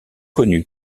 connu